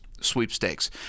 sweepstakes